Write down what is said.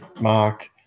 mark